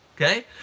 Okay